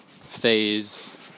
phase